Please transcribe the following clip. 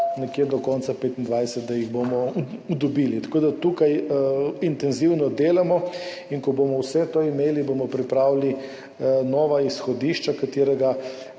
nekje do konca 2025, da jih bomo dobili. Tako, da tukaj intenzivno delamo in ko bomo vse to imeli, bomo pripravili nova izhodišča,